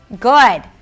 Good